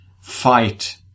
fight